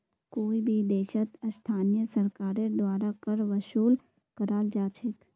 कोई भी देशत स्थानीय सरकारेर द्वारा कर वसूल कराल जा छेक